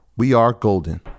WeAreGolden